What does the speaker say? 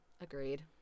Agreed